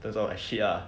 that's all I shit ah